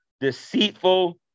deceitful